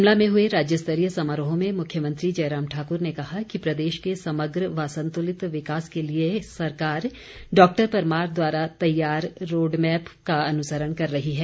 शिमला में हुए राज्यस्तरीय समारोह में मुख्यमंत्री जयराम ठाकुर ने कहा कि प्रदेश के समग्र व संतुलित विकास के लिए सरकार डॉक्टर परमार द्वारा तैयार रोडमैप का अनुसरण कर रही है